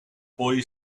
boy